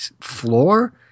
floor